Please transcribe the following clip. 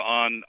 on